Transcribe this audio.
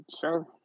sure